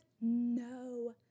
no